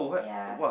ya